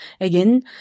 again